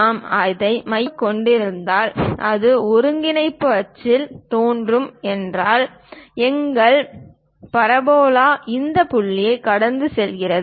நாம் அதை மையமாகக் கொண்டிருந்தால் இது ஒருங்கிணைப்பு அச்சின் தோற்றம் என்றால் எங்கள் பரபோலா இந்த புள்ளியைக் கடந்து செல்கிறது